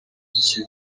ikibi